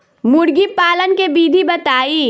मुर्गीपालन के विधी बताई?